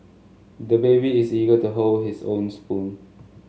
the baby is eager to hold his own spoon